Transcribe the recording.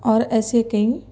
اور ایسے کئی